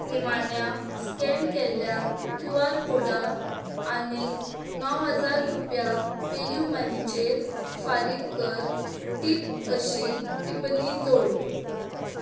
निमाण्या स्कॅन केल्ल्या Q R कोडाक आनीक नोव हजार रुपया पेयू मनीचेर फारीक कर टीप अशी टिप्पनी जोड